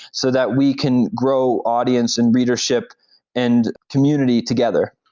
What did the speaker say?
so that we can grow audience and readership and community together